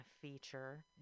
feature